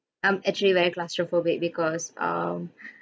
I'm actually very claustrophobic because um